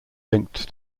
linked